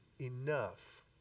enough